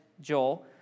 Joel